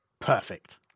Perfect